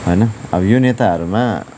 होइन अब यो नेताहरूमा